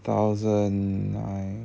thousand nine